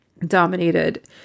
dominated